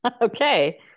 Okay